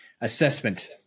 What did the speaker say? assessment